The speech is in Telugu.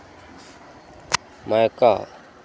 మా యొక్క